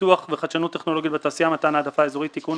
פיתוח וחדשנות טכנולוגית בתעשייה (מתן העדפה אזורית) (תיקון),